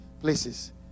places